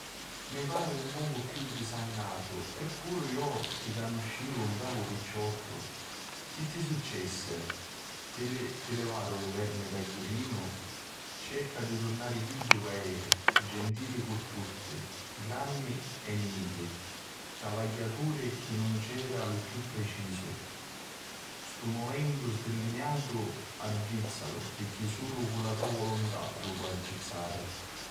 ...mi pari un pocu chiù sdisangatu eppuru iu ti canuscivi un bravu picciottu. Chi ti successi? Ti livaru lu vermi tagghiarinu? Cerca di turnari chiddu ca eri, gentili cu tutti, granni e nichi, travagghituri chi nun c'era lu precisu. Stu mumentu sdilliniatu addrizzalu pirchì sulu cu la to volontà lu poi addrizzari.